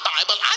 Bible